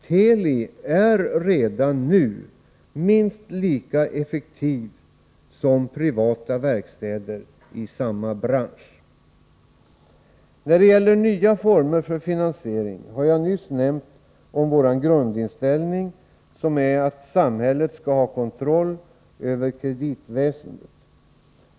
Teli är redan nu minst lika effektivt som privata verkstäder i samma bransch. När det gäller nya former för finansiering har jag nyss nämnt vår grundställning som är att samhället skall ha kontroll över kreditväsendet.